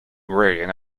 worrying